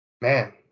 man